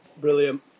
Brilliant